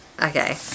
Okay